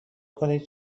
کنید